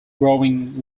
growing